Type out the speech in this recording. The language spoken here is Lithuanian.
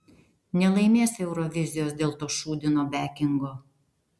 nelaimės eurovizijos dėl to šūdino bekingo